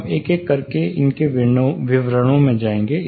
हम एक एक करके विवरणों में जाएंगे